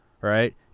right